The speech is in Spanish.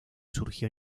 surgió